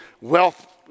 wealth